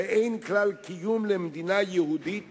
ואין כלל קיום למדינה יהודית